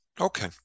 Okay